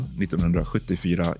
1974